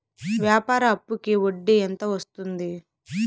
వ్యాపార అప్పుకి వడ్డీ ఎంత వస్తుంది?